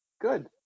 Good